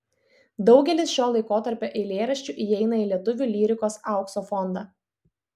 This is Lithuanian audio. daugelis šio laikotarpio eilėraščių įeina į lietuvių lyrikos aukso fondą